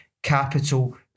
Capital